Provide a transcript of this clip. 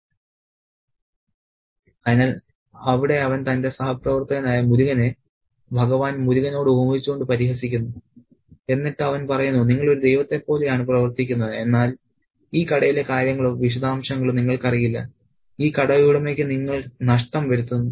" അതിനാൽ അവിടെ അവൻ തന്റെ സഹപ്രവർത്തകനായ മുരുകനെ ഭഗവാൻ മുരുകനോട് ഉപമിച്ചുകൊണ്ട് പരിഹസിക്കുന്നു എന്നിട്ട് അവൻ പറയുന്നു നിങ്ങൾ ഒരു ദൈവത്തെ പോലെ ആണ് പ്രവർത്തിക്കുന്നത് എന്നാൽ ഈ കടയിലെ കാര്യങ്ങളോ വിശദാംശങ്ങളോ നിങ്ങൾക്കറിയില്ല ഈ കടയുടമയ്ക്ക് നിങ്ങൾ നഷ്ടം വരുത്തുന്നു